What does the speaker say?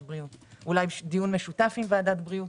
בריאות אולי דיון משותף עם ועדת בריאות,